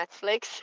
Netflix